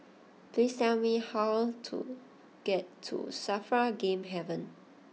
please tell me how to get to Safra Game Haven